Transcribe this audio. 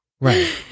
Right